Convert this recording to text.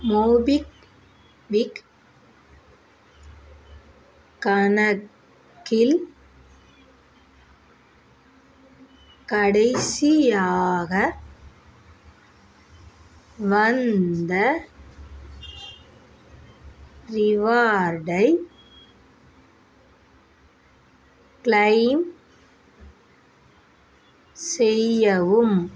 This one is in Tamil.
மோபிக்விக் கணக்கில் கடைசியாக வந்த ரிவார்டை க்ளைம் செய்யவும்